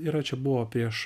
yra čia buvo prieš